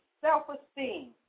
self-esteem